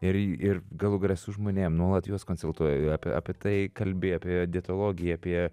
ir ir galų gale su žmonėm nuolat juos konsultuoji apie apie tai kalbi apie dietologiją apie